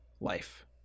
life